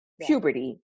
puberty